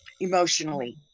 emotionally